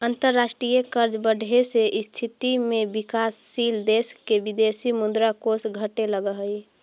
अंतरराष्ट्रीय कर्ज बढ़े के स्थिति में विकासशील देश के विदेशी मुद्रा कोष घटे लगऽ हई